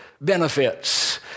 benefits